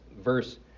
Verse